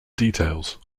details